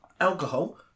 alcohol